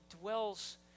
dwells